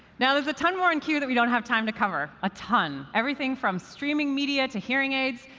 now, there's a ton more in q that we don't have time to cover a ton everything from streaming media, to hearing aids,